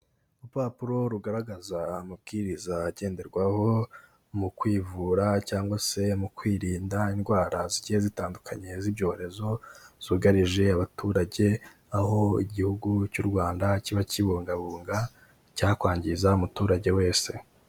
Urupapuro rugaragaza amabwiriza agenderwaho, mu kwivura cyangwa se mu kwirinda indwara zigiye zitandukanye z'ibyorezo, zugarije abaturage, aho igihugu cy'u Rwanda kiba kibungabunga icyakwangiza umuturage wese.